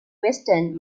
western